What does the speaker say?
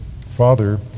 Father